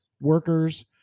workers